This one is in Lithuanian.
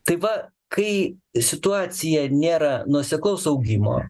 tai va kai situacija nėra nuoseklaus augimo